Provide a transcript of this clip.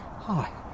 Hi